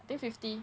think fifty